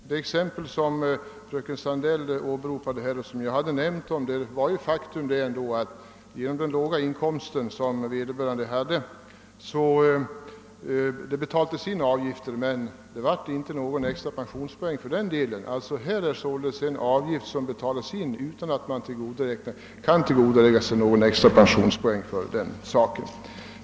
Beträffande det av fröken Sandell åberopade exemplet, som hade nämnts av mig, vill jag säga att det ändå var ett faktum att det på grund av den låga inkomst som vederbörande hade inte blev några extra pensionspoäng genom de avgifter som inbetalades. Det betalas alltså in avgifter utan att någon extra pensionspoäng kan tillgodoräknas härför.